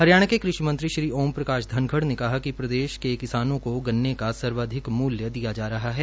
हरियाणा के कृषि मंत्री श्री ओम प्रकाश धनखड़ ने कहा कि प्रदेश के किसानों को गन्ने का सर्वाधिक मूल्य दिया जा रहा है